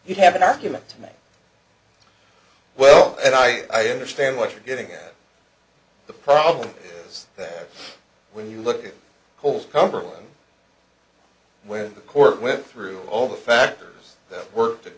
you'd have an argument to make well and i understand what you're getting at the problem is that when you look at coles cumberland where the court went through all the factors that worked a